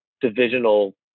divisional